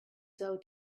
sell